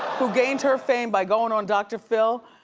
who gained her fame by goin' on dr. phil,